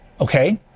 okay